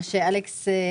אבל מה שאלכס איבחן,